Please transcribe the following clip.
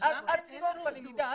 עד סוף הלמידה,